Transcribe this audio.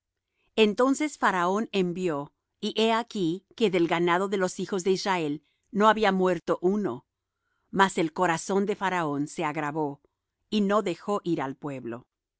entonces faraón envió y he aquí que del ganado de los hijos de israel no había muerto uno mas el corazón de faraón se agravó y no dejó ir al pueblo